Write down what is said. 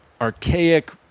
archaic